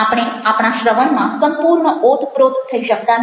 આપણે આપણા શ્રવણમાં સંપૂર્ણ ઓતપ્રોત થઇ શકતા નથી